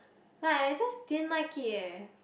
like I just didn't like it eh